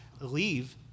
leave